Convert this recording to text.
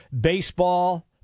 Baseball